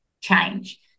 change